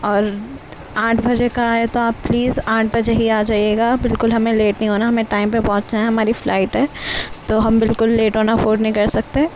اور آٹھ بجے کہا ہے تو آپ پلیز آٹھ بجے ہی آ جائیے گا بلکل ہمیں لیٹ نہیں ہونا ہمیں ٹائم پہ پہونچنا ہے ہماری فلائٹ ہے تو ہم بالکل لیٹ ہونا افورٹ نہیں کر سکتے